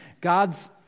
God's